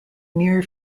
near